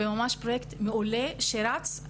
זה ממש פרויקט מעולה שרץ.